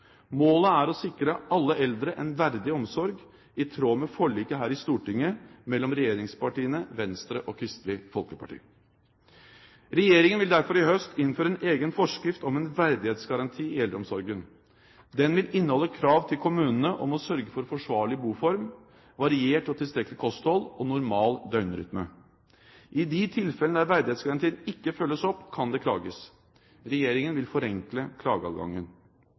Målet er å sikre alle eldre en verdig omsorg, i tråd med forliket her i Stortinget mellom regjeringspartiene, Venstre og Kristelig Folkeparti. Regjeringen vil derfor i høst innføre en egen forskrift om en verdighetsgaranti i eldreomsorgen. Den vil inneholde krav til kommunene om å sørge for forsvarlig boform, variert og tilstrekkelig kosthold og normal døgnrytme. I de tilfellene der verdighetsgarantien ikke følges opp, kan det klages. Regjeringen vil forenkle klageadgangen.